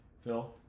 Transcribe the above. phil